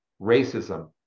racism